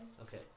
Okay